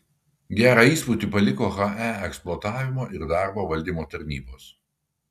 gerą įspūdį paliko he eksploatavimo ir darbo valdymo tarnybos